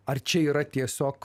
ar čia yra tiesiog